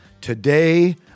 Today